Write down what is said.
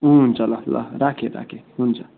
हुन्छ ल ल राखेँ राखेँ हुन्छ